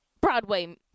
Broadway